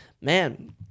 man